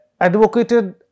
advocated